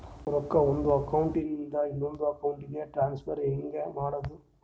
ರೊಕ್ಕ ಒಂದು ಅಕೌಂಟ್ ಇಂದ ಇನ್ನೊಂದು ಅಕೌಂಟಿಗೆ ಟ್ರಾನ್ಸ್ಫರ್ ಹೆಂಗ್ ಮಾಡೋದು?